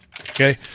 Okay